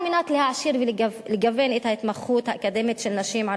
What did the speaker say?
על מנת להעשיר ולגוון את ההתמחות האקדמית של נשים,